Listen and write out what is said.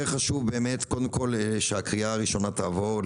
יותר חשוב שהקריאה הראשונה תעבור,